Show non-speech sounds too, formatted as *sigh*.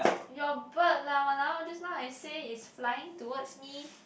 *noise* your bird lah !walao! just now I say is flying towards me